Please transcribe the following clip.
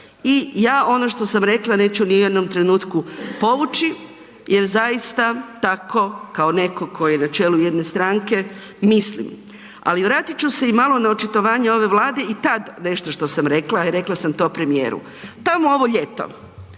I ja ono što sam rekla neću ni u jednom trenutku povući jer zaista tako kao netko tko je na čelu jedne stranke mislim. Ali vratit ću se i malo na očitovanje ove Vlade i tad nešto što sam rekla, a rekla sam to premijeru. Tamo ovo ljeto,